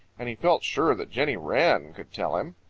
and he felt sure that jenny wren could tell him.